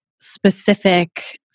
specific